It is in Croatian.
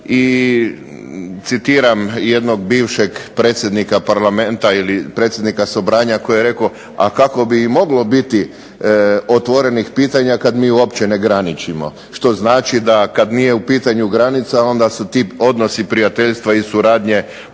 i citiram jednog bivšeg predsjednika parlamenta ili predsjednika Sobranja koji je rekao a kako bi i moglo biti otvorenih pitanja kad mi uopće ne graničimo, što znači da kad nije u pitanju granica, onda su ti odnosi prijateljstva i suradnje puno